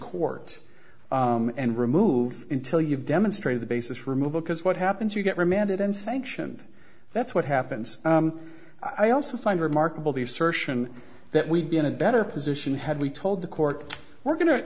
court and remove until you've demonstrated the basis for removal because what happens you get remanded and sanctioned that's what happens i also find remarkable the assertion that we'd be in a better position had we told the court we're go